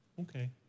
okay